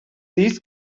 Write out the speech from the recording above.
these